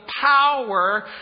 power